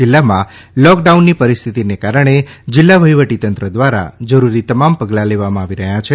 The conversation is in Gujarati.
જિલ્લામાં લોકડાઉનની પરિસ્થિતિને કારણે જિલ્લા વહીવટીતંત્ર દ્વારા જરૂરી તમામ પગલાં લેવામાં આવી રહ્યા છે